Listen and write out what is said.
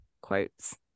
quotes